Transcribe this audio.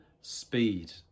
speed